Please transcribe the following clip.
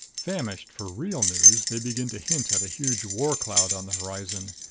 famished for real news, they begin to hint at a huge war cloud on the horizon.